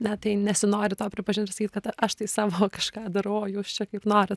net jei nesinori to pripažint ir sakyt kad aš tai savo kažką darau o jūs čia kaip norit